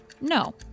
No